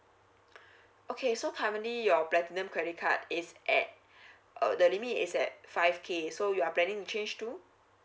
okay so currently your platinum credit card is at uh the limit is at five K so you are planning to change to